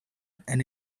and